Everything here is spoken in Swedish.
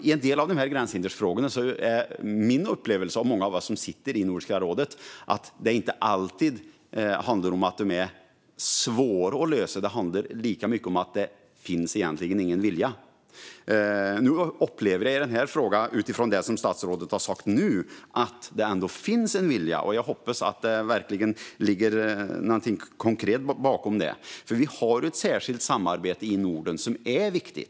I en del av gränshinderfrågorna är min upplevelse, och för många av oss som sitter i Nordiska rådet, att det inte alltid handlar om att de är svåra att lösa. Det handlar lika mycket om att det egentligen inte finns någon vilja. Utifrån det som statsrådet har sagt nu upplever jag att det ändå finns en vilja. Jag hoppas att det verkligen ligger något konkret bakom det. Vi har ett särskilt samarbete i Norden som är viktigt.